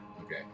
Okay